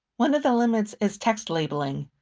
one of the limits is text labeling.